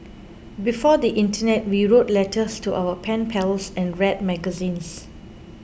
before the internet we wrote letters to our pen pals and read magazines